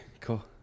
cool